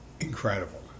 incredible